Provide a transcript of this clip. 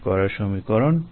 fit করা সমীকরণ